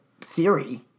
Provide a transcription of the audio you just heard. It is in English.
theory